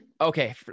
Okay